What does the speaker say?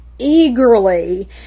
eagerly